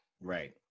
Right